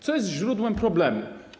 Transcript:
Co jest źródłem problemu?